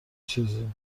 چیزی